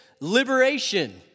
Liberation